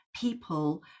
people